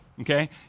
okay